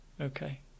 Okay